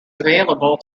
available